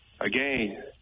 Again